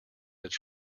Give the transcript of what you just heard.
its